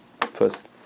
First